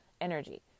energy